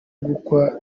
gukwa